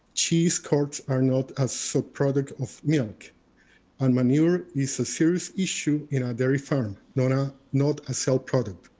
cheese cuts are not a sub so product of milk and manure is a serious issue in a dairy farm. not a not a cell product.